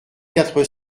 quatre